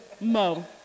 Mo